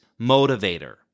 motivator